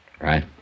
Right